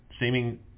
seeming